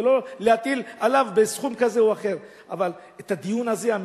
ולא להטיל את זה עליו בסכום כזה או אחר.